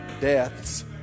deaths